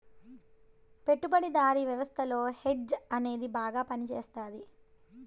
పెట్టుబడిదారీ వ్యవస్థలో హెడ్జ్ అనేది బాగా పనిచేస్తది